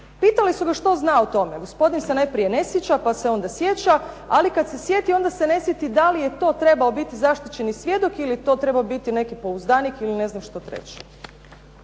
pitali su ga što zna o tome. Gospodin se najprije ne sjeća, pa se onda sjeća. Ali kada se sjeti onda se ne sjeti da li to trebao biti zaštićeni svjedok ili je to trebao biti neki pouzdanik ili nešto treće.